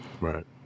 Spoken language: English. right